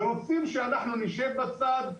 ורוצים שאנחנו נשב בצד,